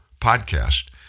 podcast